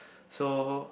so